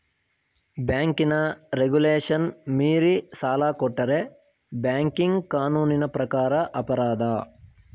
ಬ್ಯಾಂಕಿನ ರೆಗುಲೇಶನ್ ಮೀರಿ ಸಾಲ ಕೊಟ್ಟರೆ ಬ್ಯಾಂಕಿಂಗ್ ಕಾನೂನಿನ ಪ್ರಕಾರ ಅಪರಾಧ